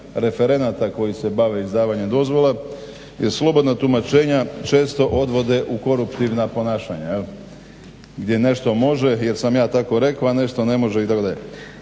referenata koji se bave izdavanjem dozvola jer slobodna tumačenja često odvode u koruptivna ponašanja gdje nešto može jer sam ja tako rekao, a nešto ne može itd.